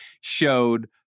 showed